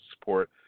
support